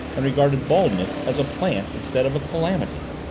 and regarded baldness as a plant instead of a calamity.